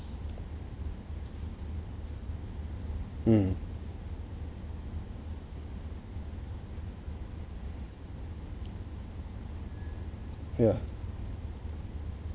mm yeah